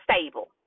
stable